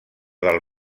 del